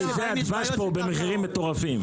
בשביל זה הדבש פה הוא במחירים מטורפים.